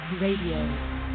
Radio